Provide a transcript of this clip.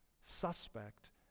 suspect